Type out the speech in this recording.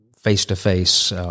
face-to-face